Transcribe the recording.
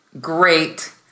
great